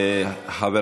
הליך הוגן.